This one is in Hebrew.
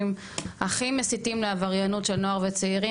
הכי מסיתים לעבריינות של נוער וצעירים,